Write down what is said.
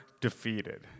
defeated